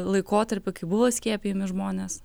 laikotarpį kai buvo skiepijami žmonės